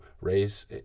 raise